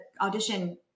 audition